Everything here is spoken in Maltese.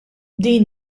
din